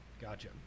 gotcha